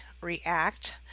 react